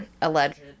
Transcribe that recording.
Alleged